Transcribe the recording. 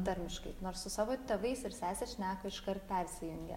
tarmiškai nors su savo tėvais ir sesės šneka iškart persijungia